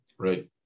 Right